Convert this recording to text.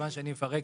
כשאני מפרק